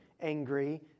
angry